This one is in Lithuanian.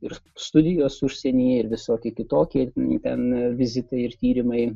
ir studijos užsienyje ir visokie kitokie ten vizitai ir tyrimai